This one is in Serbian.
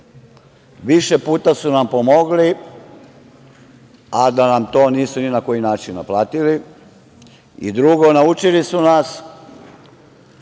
više puta su nam pomogli, a da nam to nisu ni na koji način naplatili i, drugo, naučili su nas